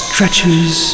Stretches